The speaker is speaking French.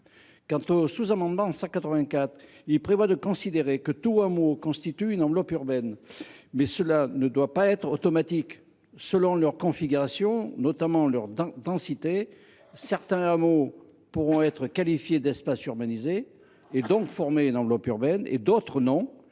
Quant au sous amendement n° 184, il a pour objet de considérer que tout hameau constitue une enveloppe urbaine. Or cela ne doit pas être automatique : selon leur configuration, notamment leur densité, certains hameaux pourront être qualifiés d’espaces urbanisés, donc former une enveloppe urbaine, et d’autres non.